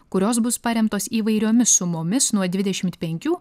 kurios bus paremtos įvairiomis sumomis nuo dvidešimt penkių